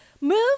move